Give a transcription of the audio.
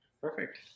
Perfect